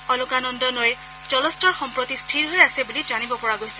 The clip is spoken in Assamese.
অলকানন্দা নৈৰ জলস্তৰ সম্প্ৰতি স্থিৰ হৈ আছে বুলি জানিব পৰা গৈছে